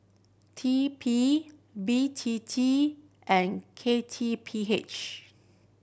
T P B T T and K T P H